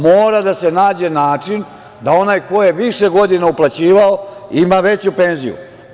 Mora da se nađe način da onaj ko je više godina uplaćivao ima veću penziju.